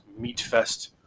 Meatfest